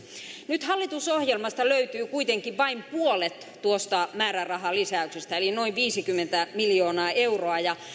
nyt hallitusohjelmasta löytyy kuitenkin vain puolet tuosta määrärahalisäyksestä eli noin viisikymmentä miljoonaa euroa ja